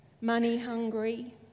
money-hungry